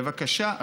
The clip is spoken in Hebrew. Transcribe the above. בבקשה,